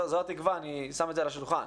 זו התקווה, אני שם את זה על השולחן.